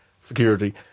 security